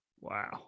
Wow